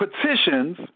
petitions